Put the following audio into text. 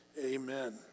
Amen